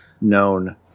known